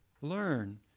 learn